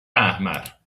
احمر